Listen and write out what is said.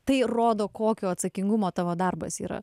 tai rodo kokio atsakingumo tavo darbas yra